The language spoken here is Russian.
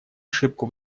ошибку